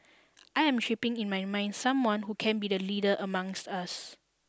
I am shaping in my mind someone who can be the leader amongst us